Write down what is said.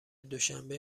دوشنبه